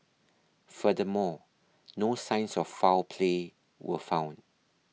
furthermore no signs of foul play were found